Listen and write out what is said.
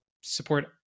support